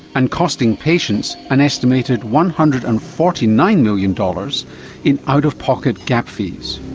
and costing patients an estimated one hundred and forty nine million dollars in out-of-pocket gap fees.